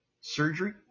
surgery